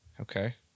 Okay